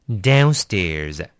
Downstairs